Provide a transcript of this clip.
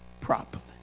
properly